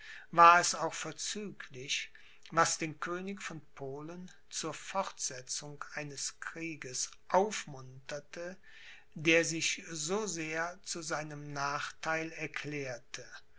war es auch vorzüglich was den könig von polen zur fortsetzung eines krieges aufmunterte der sich so sehr zu seinem nachtheil erklärte